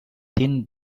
thin